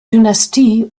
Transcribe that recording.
dynastie